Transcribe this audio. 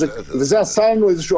וזה עשה לנו איזשהו,